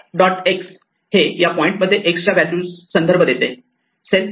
X हे या point मध्ये X च्या व्हॅल्यू चे संदर्भ देते सेल्फ